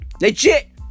Legit